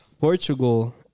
Portugal